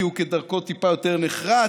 כי הוא כדרכו טיפה יותר נחרץ,